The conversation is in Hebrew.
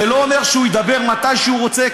זה לא אומר שהוא ידבר מתי שהוא רוצה,